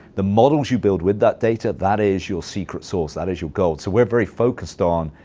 the models you build with that data, that is your secret sauce. that is your gold. so we're very focused on,